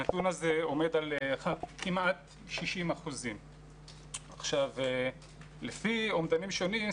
הנתון הזה עומד על כמעט 60%. לפי אומדנים שונים,